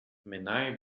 menai